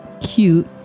cute